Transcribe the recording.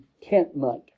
contentment